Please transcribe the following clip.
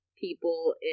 people